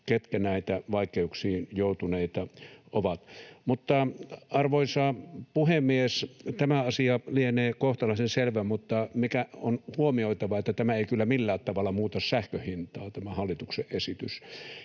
ketkä näitä vaikeuksiin joutuneita ovat. Arvoisa puhemies! Tämä asia lienee kohtalaisen selvä, mutta on huomioitava, että tämä hallituksen esitys ei kyllä millään tavalla muuta sähkön hintaa.